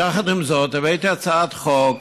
יחד עם זאת, הבאתי הצעת חוק